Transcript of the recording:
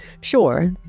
sure